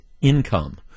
income